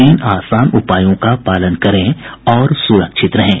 तीन आसान उपायों का पालन करें और सुरक्षित रहें